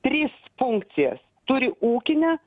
tris funkcijas turi ūkinę